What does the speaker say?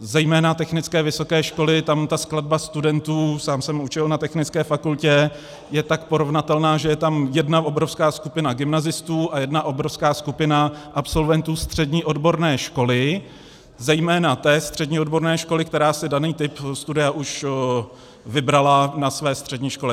Zejména technické vysoké školy, tam ta skladba studentů sám jsem učil na technické fakultě je tak porovnatelná, že je tam jedna obrovská skupina gymnazistů a jedna obrovská skupina absolventů střední odborné školy, zejména té střední odborné školy, která si daný typ studia už vybrala na své střední škole.